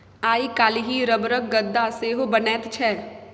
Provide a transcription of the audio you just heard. आइ काल्हि रबरक गद्दा सेहो बनैत छै